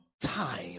time